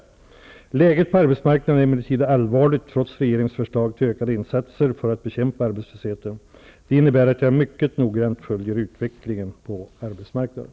Läget på arbetsmarknaden är emellertid allvarligt trots regeringens förslag till ökade insatser för att bekämpa arbetslösheten. Det innebär att jag mycket noggrant följer utvecklingen på arbets marknaden.